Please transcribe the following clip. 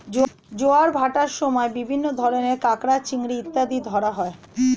জোয়ার ভাটার সময় বিভিন্ন ধরনের কাঁকড়া, চিংড়ি ইত্যাদি ধরা হয়